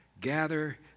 gather